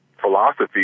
philosophy